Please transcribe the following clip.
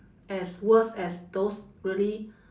as worse as those really